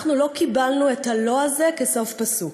אנחנו לא קיבלנו את הלא הזה כסוף פסוק.